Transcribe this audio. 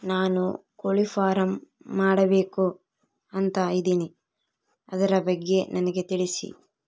ನಾನು ಕೋಳಿ ಫಾರಂ ಮಾಡಬೇಕು ಅಂತ ಇದಿನಿ ಅದರ ಬಗ್ಗೆ ನನಗೆ ತಿಳಿಸಿ?